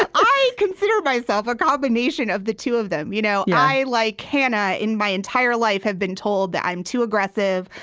but i consider myself a combination of the two of them. you know i, like hannah, in my entire life have been told that i'm too aggressive.